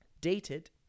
dated